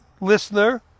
listener